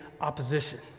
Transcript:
opposition